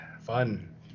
fun